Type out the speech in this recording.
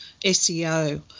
SEO